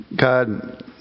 God